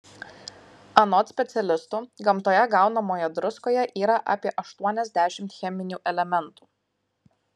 anot specialistų gamtoje gaunamoje druskoje yra apie aštuoniasdešimt cheminių elementų